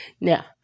Now